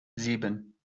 sieben